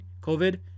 covid